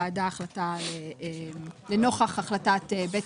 בכנסת ה-24 קיבלה הוועדה החלטה לנוכח החלטת בית